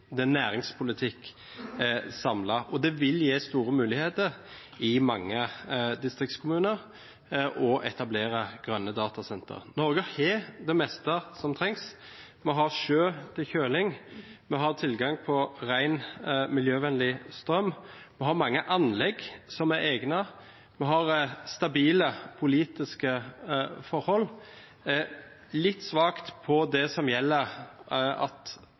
det er næringspolitikk – samlet. Det vil gi store muligheter i mange distriktskommuner å etablere grønne datasentre. Norge har det meste som trengs: Vi har sjø til kjøling, vi har tilgang på ren, miljøvennlig strøm, vi har mange anlegg som er egnet, vi har stabile politiske forhold. Vi er litt svake på det som gjelder at